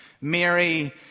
Mary